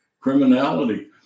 criminality